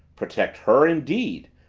protect her, indeed!